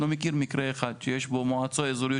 אני לא מכיר מקרה אחד שיש במועצה אזורית